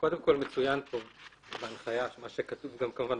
קודם כל מצוין פה בהנחיה, מה שממילא כתוב בתקש"יר,